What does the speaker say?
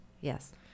Yes